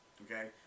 okay